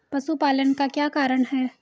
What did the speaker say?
पशुपालन का क्या कारण है?